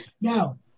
Now